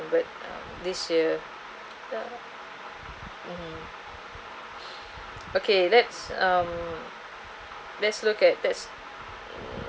this year yeah mm okay let's um let's look at let's